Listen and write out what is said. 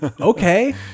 Okay